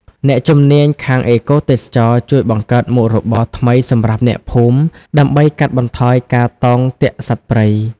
អ្នកជំនាញខាងអេកូទេសចរណ៍ ជួយបង្កើតមុខរបរថ្មីសម្រាប់អ្នកភូមិ ដើម្បីកាត់បន្ថយការតោងទាក់សត្វព្រៃ។